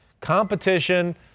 competition